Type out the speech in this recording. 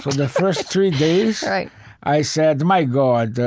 the first three days, i said, my god,